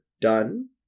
done